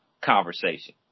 conversation